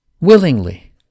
Willingly